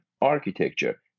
architecture